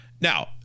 Now